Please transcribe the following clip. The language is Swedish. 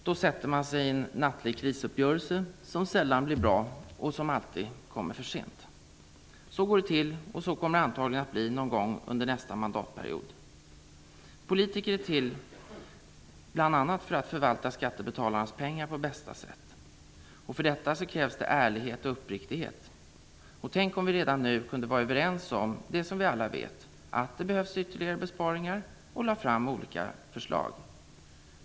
Då sätter man sig i en nattlig krisuppgörelse, som sällan blir bra och som alltid kommer för sent. Så går det till och så kommer det antagligen att bli någon gång under nästa mandatperiod. Politiker är till bl.a. för att förvalta skattebetalarnas pengar på bästa sätt. För detta krävs det ärlighet och uppriktighet. Tänk om vi redan nu kunde vara överens om det som vi alla vet, att det behövs ytterligare besparingar, och lägga fram olika förslag.